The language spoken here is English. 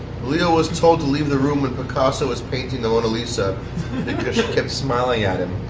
leo was told to leave the room when picasso was painting the mona lisa, because she kept smiling at him.